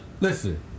Listen